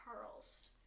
pearls